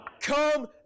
Come